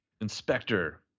Inspector